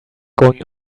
going